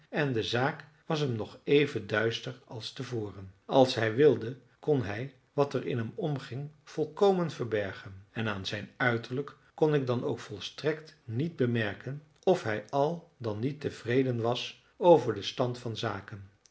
en de zaak was hem nog even duister als te voren als hij wilde kon hij wat er in hem omging volkomen verbergen en aan zijn uiterlijk kon ik dan ook volstrekt niet bemerken of hij al dan niet tevreden was over den stand van zaken